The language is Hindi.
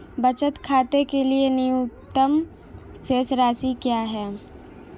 बचत खाते के लिए न्यूनतम शेष राशि क्या है?